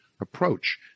approach